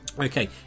Okay